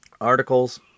articles